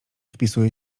wpisuje